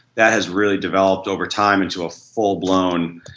that has really developed overtime into a full-blown